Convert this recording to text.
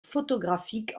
photographique